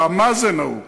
המאזן ההוא.